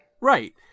Right